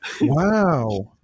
Wow